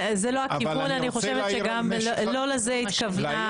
זה לא הכיוון, אני חושבת שגם לא לזה היא התכוונה.